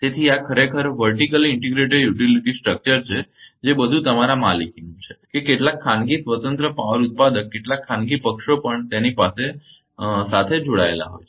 તેથી આ ખરેખર વર્ટીકલી ઇન્ટિગ્રેટેડ યુટિલિટી સ્ટ્રક્ચર છે જે બધું તમારી માલિકીનું છે કે કેટલાક ખાનગી સ્વતંત્ર પાવર ઉત્પાદક કેટલાક ખાનગી પક્ષો પણ તેની સાથે જોડાયેલા છે